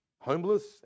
homeless